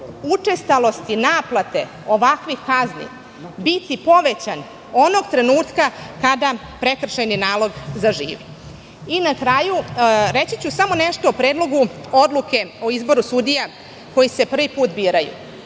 učestalosti naplate ovakvih kazni biti povećan onog trenutka kada prekršajni nalog zaživi. Na kraju, reći ću samo nešto o Predlogu odluke o izboru sudija koji se prvi put biraju.